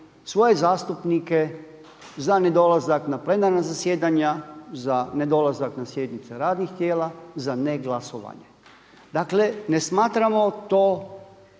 svoje zastupnike za nedolazak na plenarna zasjedanja, za nedolazak na sjednicu radnih tijela, za ne glasovanje. Dakle, ne smatramo to